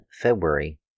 February